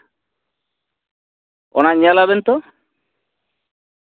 ᱚᱱᱟ ᱧᱮᱞᱟᱵᱤᱱ ᱛᱚ